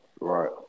Right